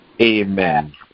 Amen